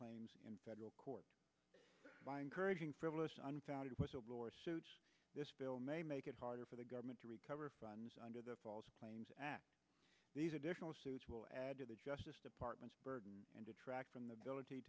claims in federal court by encouraging frivolous unfounded whistleblower this bill may make it harder for the government to recover funds under the false claims act these additional suits will add to the justice department's burden and detract from the ability